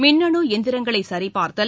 மின்னணு எந்திரங்களை சரிபார்த்தல்